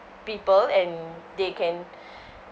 people and they can